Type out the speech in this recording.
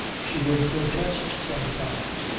she would protest sometimes.